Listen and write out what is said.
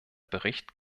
bericht